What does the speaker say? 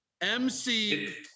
MC